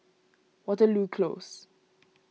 Waterloo Close